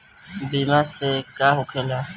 बीमा से का होखेला?